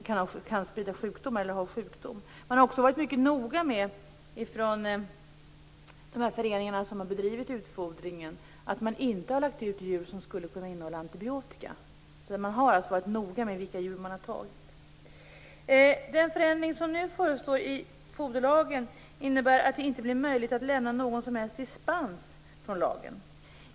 Föreningarna som har bedrivit utfodringen har också varit mycket noga med att man inte har lagt ut djur som skulle kunna innehålla antibiotika. Man har alltså varit noga med vilka djur man har tagit. Den förändring i foderlagen som nu förestår innebär att det inte blir möjligt att lämna någon som helst dispens från lagen.